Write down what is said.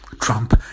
Trump